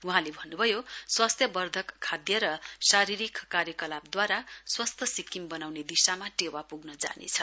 वहाँल भन्न्भयो स्वास्थ्यवर्धक खाद्य र शारीरिक कार्यकलापद्वारा स्वस्थ सिक्किम बनाउने दिशामा टेवा प्ग्न जानेछ